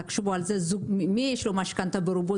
תחשבו על זה, מי יש לו משכנתה ברובו?